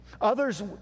Others